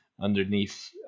Underneath